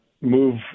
move